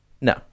No